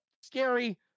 scary